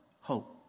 hope